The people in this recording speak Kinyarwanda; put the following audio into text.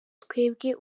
twebwe